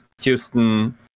Houston